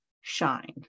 shine